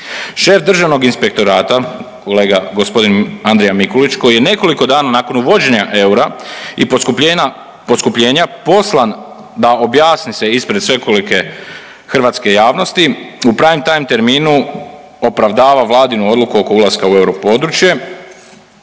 Šef Državnog inspektorata kolega gospodin Andrija Mikulić koji je nekoliko dana nakon uvođenja eura i poskupljenja poslan da objasni se ispred svekolike hrvatske javnosti u prime time terminu opravdava Vladinu odluku oko ulaska u europodručje.